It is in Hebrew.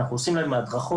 אנחנו עושים להם הדרכות,